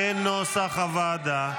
כנוסח הוועדה.